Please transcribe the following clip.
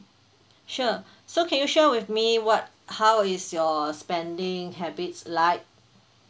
sure so can you share with me what how is your spending habits like